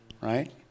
Right